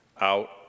out